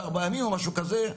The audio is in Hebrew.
4 ימים או משהו כזה,